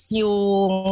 yung